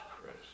Christ